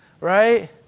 right